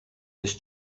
his